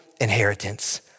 inheritance